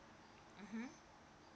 mmhmm